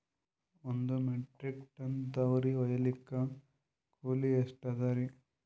ಒಂದ್ metric ton ತೊಗರಿ ಹೋಯಿಲಿಕ್ಕ ಕೂಲಿ ಎಷ್ಟ ಅದರೀ?